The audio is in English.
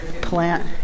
Plant